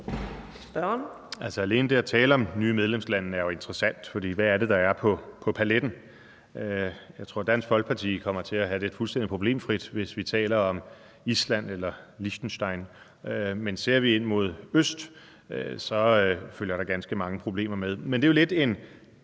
alene det at tale om nye medlemslande er jo interessant, for hvad er det, der er på paletten? Jeg tror, Dansk Folkeparti kommer til at synes, at det er fuldstændig problemfrit, hvis vi taler om Island eller Liechtenstein, men ser vi ind mod øst, følger der ganske mange problemer med.